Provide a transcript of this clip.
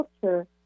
culture